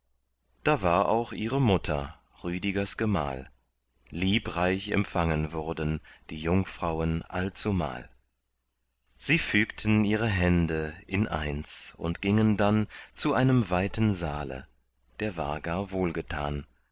da war auch ihre mutter rüdigers gemahl liebreich empfangen wurden die jungfrauen allzumal sie fügten ihre hände in eins und gingen dann zu einem weiten saale der war gar